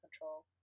control